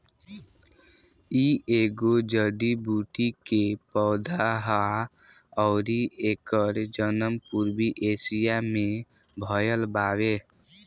इ एगो जड़ी बूटी के पौधा हा अउरी एकर जनम पूर्वी एशिया में भयल बावे